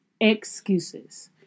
excuses